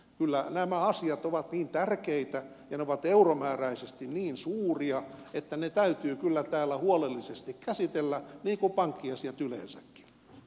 kyllä nämä asiat ovat niin tärkeitä ja euromääräisesti niin suuria että ne täytyy täällä huolellisesti käsitellä niin kuin pankkiasiat yleensäkin